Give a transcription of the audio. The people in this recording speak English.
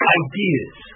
ideas